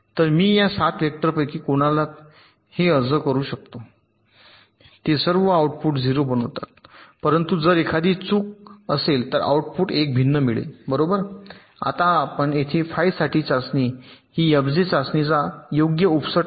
तर मी या 7 वेक्टरपैकी कोणालाही अर्ज करू शकतो ते सर्व आउटपुट 0 बनवतात परंतु जर एखादी चूक असेल तर आउटपुट 1 भिन्न मिळेल बरोबर आता आपण येथे फाई साठीची चाचणी ही fj चाचणी चा योग्य उपसट आहे